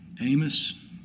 Amos